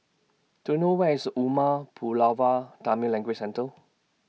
Do YOU know Where IS Umar Pulavar Tamil Language Centre